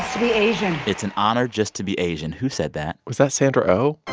to be asian it's an honor just to be asian. who said that? was that sandra oh?